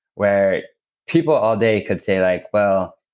where people all day could say, like well,